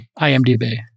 IMDb